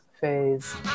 phase